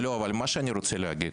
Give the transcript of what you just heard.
לא, אבל מה שאני רוצה להגיד,